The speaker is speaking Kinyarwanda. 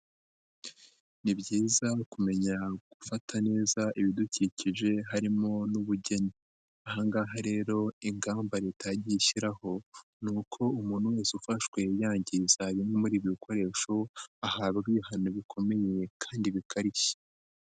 Ni byiza kumenya gufata neza ibidukikije harimo n'ubugeni, aha ngaha rero ingamba Leta yagiye ishyiraho, ni uko umuntu wese ufashwe yangiza bimwe muri ibi bikoresho, ahabwa ibihano bikomeye kandi bikarishye.